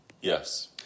yes